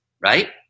right